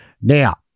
Now